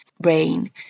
brain